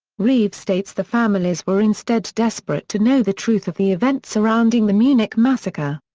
reeve states the families were instead desperate to know the truth of the events surrounding the munich massacre.